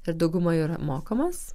ir dauguma yra mokamos